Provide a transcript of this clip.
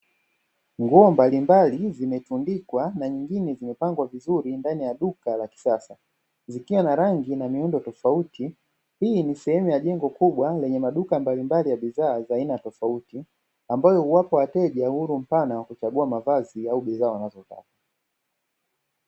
Nguo mbalimbali zimetundikwa na nyingine zimepangwa vizuri ndani ya duka la kisasa zikiwa na rangi na miundo tofauti, hii ni sehemu ya jengo kubwa lenye maduka mbalimbali ya bidhaa za aina tofauti, ambayo iwapo wateja huru mfano wa kuchagua mavazi au bidhaa wanazotaka.